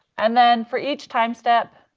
and then for each time step,